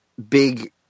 big